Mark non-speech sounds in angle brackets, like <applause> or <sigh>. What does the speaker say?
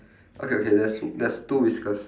<breath> okay okay there's there's two whiskers